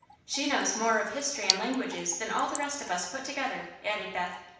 she knows more of history and languages than all the rest of us put together, added beth.